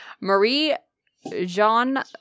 Marie-Jean